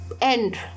end